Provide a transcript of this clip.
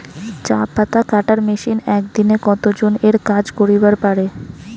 চা পাতা কাটার মেশিন এক দিনে কতজন এর কাজ করিবার পারে?